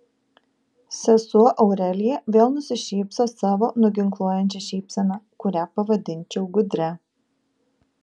sesuo aurelija vėl nusišypso savo nuginkluojančia šypsena kurią pavadinčiau gudria